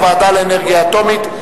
הוועדה לאנרגיה אטומית,